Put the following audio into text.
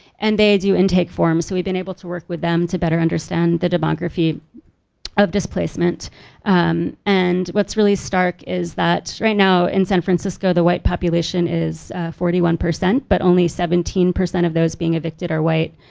and they do intake forms so we've been able to work with them to better understand the demography of displacement and what's really stark is that, right now in san francisco the white population is forty one percent but only seventeen percent of those being evicted are white.